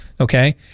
okay